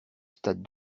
stade